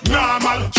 Normal